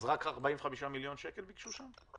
אז רק 45 מיליון שקל ביקשו שם?